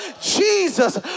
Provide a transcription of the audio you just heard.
Jesus